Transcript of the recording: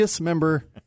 member